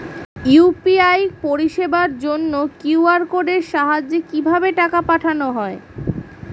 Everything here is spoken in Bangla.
ইউ.পি.আই পরিষেবার জন্য কিউ.আর কোডের সাহায্যে কিভাবে টাকা পাঠানো হয়?